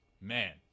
man